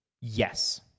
Yes